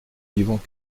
vivant